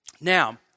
Now